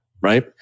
Right